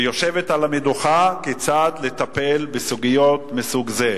ויושבת על המדוכה כיצד לטפל בסוגיות מסוג זה,